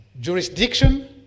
jurisdiction